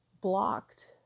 blocked